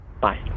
Bye